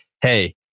Hey